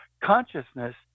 consciousness